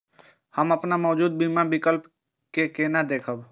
हम अपन मौजूद बीमा विकल्प के केना देखब?